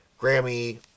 Grammy